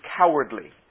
cowardly